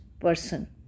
person